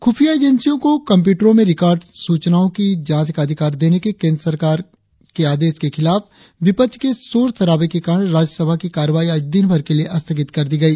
ख़्फिया एजेंसियों को कम्प्यूटरों में रिकॉर्ड सूचनाओं की जांच का अधिकार देने के केंद्र सरकार आदेश के खिलाफ विपक्ष के शोर शराबे के कारण राज्यसभा की कार्यवाही आज दिनभर के लिए स्थगित कर दी गई